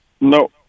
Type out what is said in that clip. No